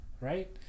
right